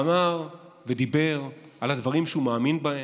ואמר ודיבר על הדברים שהוא מאמין בהם,